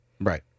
Right